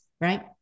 Right